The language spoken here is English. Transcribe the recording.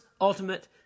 Ultimate